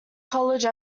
college